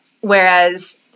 whereas